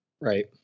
right